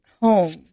home